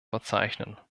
verzeichnen